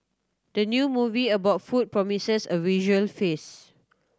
the new movie about food promises a visual feast